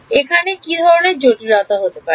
এখানে কি ধরনের জটিলতা হতে পারে